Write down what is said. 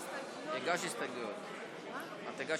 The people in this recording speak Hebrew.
שלישית את הצעת חוק-יסוד: הכנסת (תיקון מס' 50,